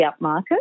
upmarket